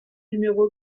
numéro